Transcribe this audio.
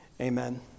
amen